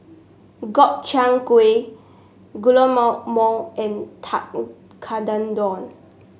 Gobchang Gui and